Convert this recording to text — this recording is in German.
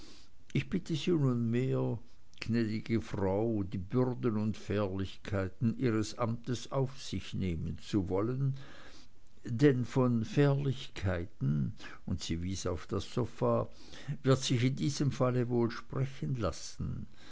ich bitte sie nunmehro gnäd'ge frau die bürden und fährlichkeiten ihres amtes auf sich nehmen zu wollen denn von fährlichkeiten und sie wies auf das sofa wird sich in diesem falle wohl sprechen lassen